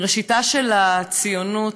מראשיתה של הציונות,